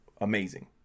amazing